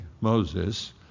Moses